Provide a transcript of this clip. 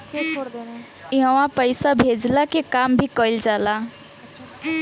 इहवा पईसा भेजला के काम भी कइल जाला